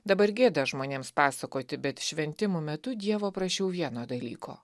dabar gėda žmonėms pasakoti bet šventimų metu dievo prašiau vieno dalyko